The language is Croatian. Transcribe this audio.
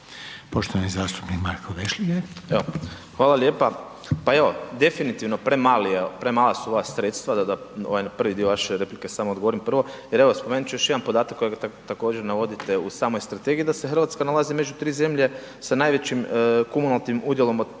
poštovanog zastupnika Marka Vešligaja.